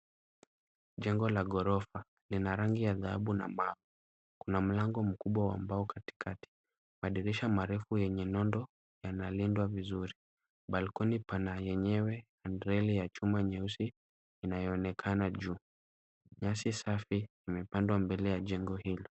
Jengo la ghorofa lina rangi ya dhahabu na mbao. Kuna mlango mkubwa wa mbao katikati. Madirisha marefu yenye nondo yanalindwa vizuri. Balcony pana, yenyewe greli ya chuma nyeusi inayoonekana juu. Nyasi safi imepandwa mbele ya jengo hilo.